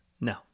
No